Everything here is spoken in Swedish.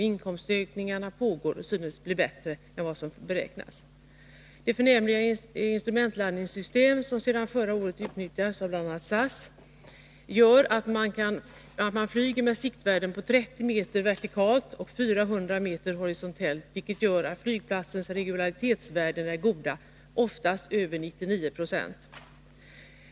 Inkomsterna ökar och synes bli bättre än vad som beräknats. De förnämliga instrumentlandningssystem som sedan förra året utnyttjas av bl.a. SAS innebär att man flyger med siktvärden på 30 meter vertikalt och 400 meter horisontellt, vilket gör att flygplatsens regularitetsvärden är goda, oftast över 99 Jo.